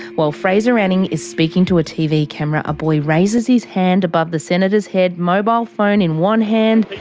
while fraser anning is speaking to a tv camera, a boy raises his hand above the senator's head, mobile phone in one hand,